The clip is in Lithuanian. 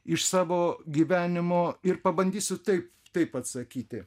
iš savo gyvenimo ir pabandysiu taip taip atsakyti